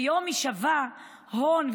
היום שווה הון.